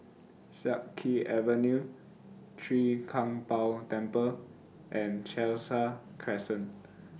Siak Kew Avenue Chwee Kang Beo Temple and Khalsa Crescent